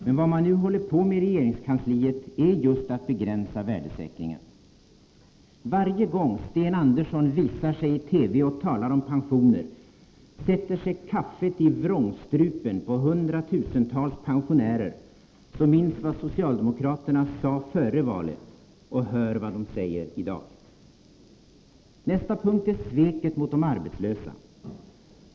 Men vad man nu håller på med i regeringskansliet är just att begränsa värdesäkringen av pensionerna! Varje gång Sten Andersson visar sig i TV och talar om pensioner, sätter sig kaffet i vrångstrupen på hundratusentals pensionärer som minns vad socialdemokraterna sade före valet — och hör vad de säger i dag. Nästa punkt är sveket mot de arbetslösa.